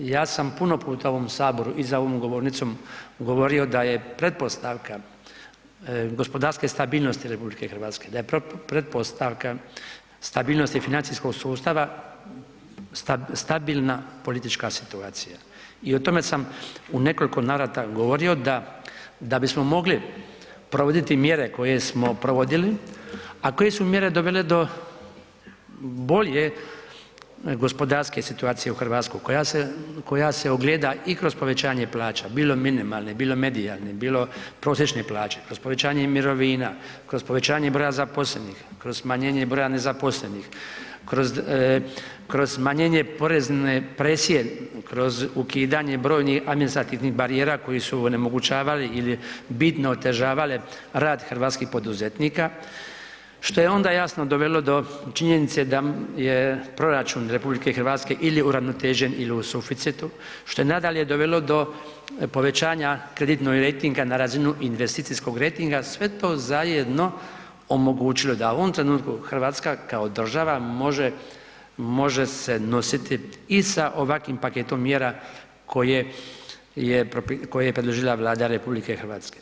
Ja sam puno puta u ovom Saboru i za ovom govornicom govorio da je pretpostavka gospodarske stabilnosti RH da je pretpostavka stabilnosti financijskog sustava stabilna politička situacija i o tome sam u nekoliko navrata govorio da bismo mogli provoditi mjere koje smo provodili, a koje su mjere dovele do bolje gospodarske situacije u Hrvatskoj, koja se ogleda i kroz povećanje plaća, bilo minimalne, bilo medijalne, bilo prosječne plaće, kroz povećanje i mirovina, kroz povećanje broja zaposlenih, kroz smanjenje broja nezaposlenih, kroz smanjenje porezne presije, kroz ukidanjem brojnih administrativnih barijera koji su onemogućavali ili bitno otežavale rad hrvatskih poduzetnika, što je onda jasno dovelo do činjenice da je proračun RH ili uravnotežen ili u suficitu, što je nadalje dovelo do povećanja kreditnog rejtinga na razinu investicijskog rejtinga, sve to zajedno omogućilo da u ovom trenutku Hrvatska kao država može se nositi i sa ovakvim paketom mjera koje je predložila Vlada RH.